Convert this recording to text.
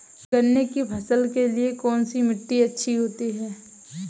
गन्ने की फसल के लिए कौनसी मिट्टी अच्छी होती है?